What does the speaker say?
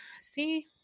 See